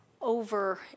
over